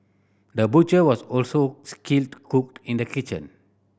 the butcher was also skilled cook in the kitchen